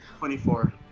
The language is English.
24